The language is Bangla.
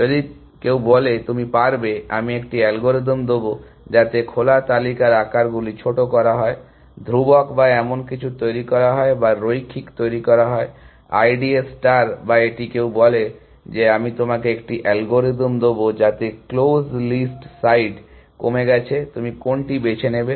যদি কেউ বলে তুমি পারবে আমি একটি অ্যালগরিদম দেব যাতে খোলা তালিকার আকারগুলি ছোট করা হয় ধ্রুবক বা এমন কিছু তৈরি করা হয় বা রৈখিক তৈরি করা হয় IDA ষ্টার বা এটি কেউ বলে যে আমি তোমাকে একটি অ্যালগরিদম দেব যাতে ক্লোজ লিস্ট সাইড কমে গেছে তুমি কোনটি বেছে নেবে